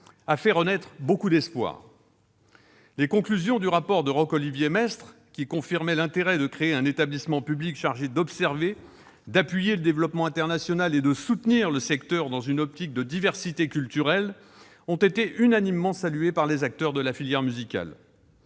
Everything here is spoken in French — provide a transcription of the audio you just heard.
a fait renaître beaucoup d'espoirs. Les conclusions du rapport de Roch-Olivier Maistre, qui confirmaient l'intérêt de créer un établissement public chargé d'observer, d'appuyer le développement international et de soutenir le secteur dans une optique de diversité culturelle, ont été unanimement saluées par les acteurs de la filière musicale.